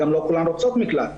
גם לא כולן רוצות מקלט.